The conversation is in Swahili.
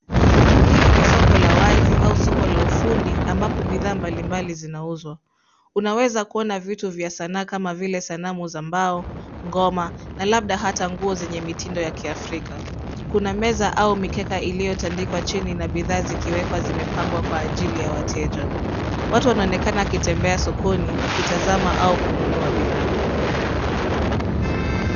Hili ni soko la wazi au soko la ufundi ambapo bidhaa mbalimbali zinauzwa. Unaweza kuona vitu vya sanaa kama vile sanamu za mbao, ngoma na labda hata nguo zenye mitindo ya kiafrika. Kuna meza au mikeka iliyotandikwa chini na bidhaa zikiwekwa zimepangwa kwa ajili ya wateja. Watu wanaonekana wakitembea sokoni wakitazama au kununua bidhaa.